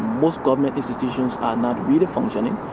most government institutions are not really functioning.